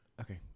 Okay